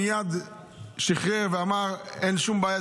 הוא מייד שחרר ואמר: אין שום בעיה,